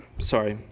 sorry,